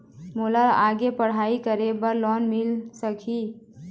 मोला आगे पढ़ई करे बर लोन मिल सकही?